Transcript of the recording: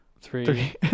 three